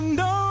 no